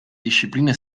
discipline